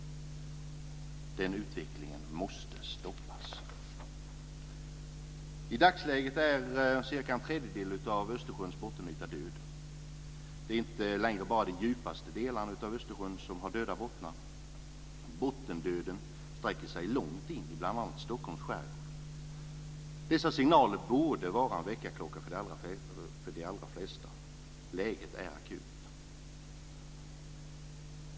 Den utvecklingen måste stoppas. I dagsläget är cirka en tredjedel av Östersjöns bottenyta död. Det är inte längre bara de djupaste delarna av Östersjön som har döda bottnar. Bottendöden sträcker sig långt in i bl.a. Stockholms skärgård. Dessa signaler borde vara en väckarklocka för de allra flesta. Läget är akut.